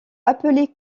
appelées